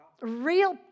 real